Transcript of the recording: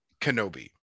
Kenobi